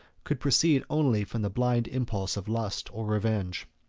could proceed only from the blind impulse of lust or revenge.